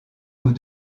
vous